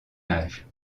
âge